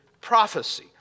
prophecy